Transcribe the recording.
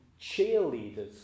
cheerleaders